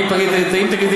אם תגידי